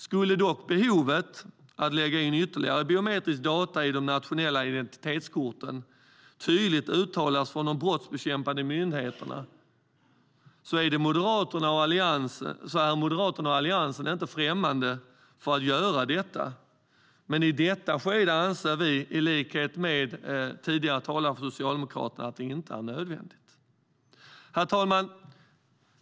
Skulle dock behovet av att lägga in ytterligare biometriska data i de nationella identitetskorten tydligt uttalas från de brottsbekämpande myndigheterna är Moderaterna och Alliansen inte främmande för att göra detta. Men i detta skede anser vi i likhet med tidigare talare från Socialdemokraterna att det inte är nödvändigt. Herr talman!